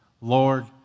Lord